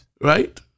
Right